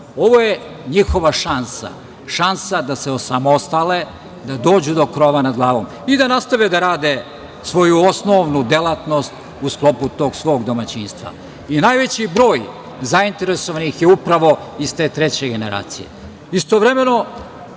Ovo je njihova šansa, šansa da se osamostale, da dođu nad krova nad glavom i da nastave da rade svoju osnovnu delatnost u sklopu tog svog domaćinstva. Najveći broj zainteresovanih je upravo iz te treće generacije. Istovremeno,